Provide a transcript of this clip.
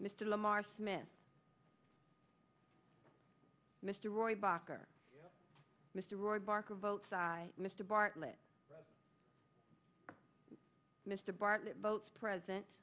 mr lamar smith mr roy bock or mr ward barker vote side mr bartlett mr bartlett votes present